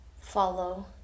follow